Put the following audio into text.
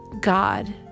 God